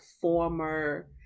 former